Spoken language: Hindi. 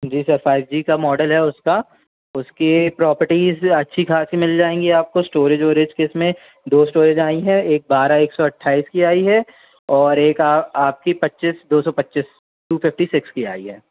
जी सर फ़ाइव जी का मॉडल है उसका उसके प्रॉपर्टीज़ अच्छी खासी मिल जाएंगी आपको इस्टोरेज ओरेज की इसमें दो स्टोरेज आई हैं एक बारह एक सौ अट्ठाइस की आई है और एक आपकी पच्चीस दो सौ पच्चीस टू फ़िफ़्टी सिक्स की आई है